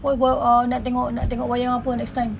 what about uh nak tengok nak tengok wayang apa next time